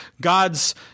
God's